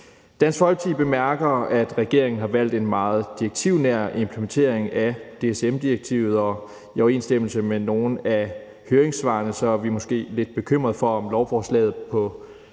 Dansk Folkeparti bemærker, at regeringen har valgt en meget direktivnær implementering af DSM-direktivet, og i lighed med nogle af høringssvarene er vi måske lidt bekymrede for, om lovforslaget på en række